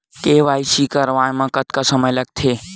KYC करवात म कतका समय लगथे?